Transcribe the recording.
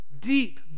Deep